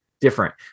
different